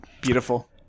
beautiful